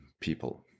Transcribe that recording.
people